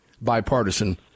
bipartisan